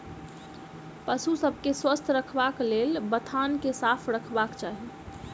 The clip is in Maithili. पशु सभ के स्वस्थ रखबाक लेल बथान के साफ रखबाक चाही